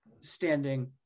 standing